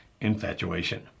infatuation